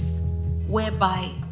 whereby